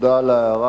תודה על ההערה.